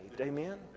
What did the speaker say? Amen